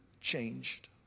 changed